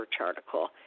article